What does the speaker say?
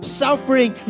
suffering